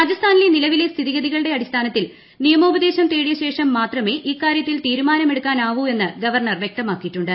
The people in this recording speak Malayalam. രാജസ്ഥാനിലെ നിലവിലെ സ്ഥിതിഗതികളുടെ അടിസ്ഥാനത്തിൽ നിയമോപദേശം തേടിയ ശേഷം മാത്രമേ ഇക്കാര്യത്തിൽ തീരുമാനമെടുക്കാനാവൂ എന്ന് ഗവർണർ വ്യക്തമാക്കിയിട്ടുണ്ട്